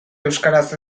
euskaraz